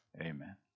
Amen